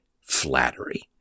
flattery